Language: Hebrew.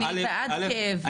אני בעד לטפל בכאב.